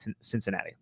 Cincinnati